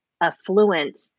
affluent